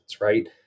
right